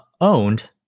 owned